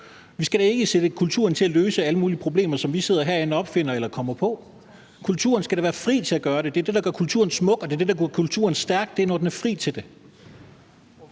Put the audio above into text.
Vi skal da ikke sætte kulturen til at løse alle mulige problemer, som vi sidder herinde og opfinder eller kommer på. Kulturen skal da være fri til selv at gøre det. Det er det, der gør kulturen smuk, og det er det, der gør kulturen stærk – det er, når den er fri til at